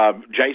Jason